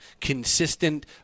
consistent